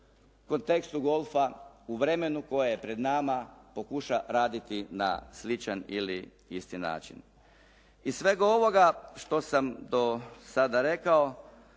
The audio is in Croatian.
kontekstu golfa u vremenu koje je pred nama pokuša raditi na sličan ili isti način. Iz svega ovoga što sam do sada rekao